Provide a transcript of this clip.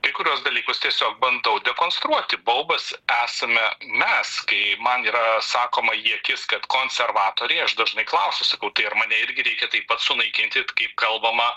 kai kuriuos dalykus tiesiog bandau dekonstruoti baubas esame mes kai man yra sakoma į akis kad konservatoriai aš dažnai klausiu sakau tai ar mane irgi reikia taip pat sunaikinti kaip kalbama